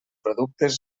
productes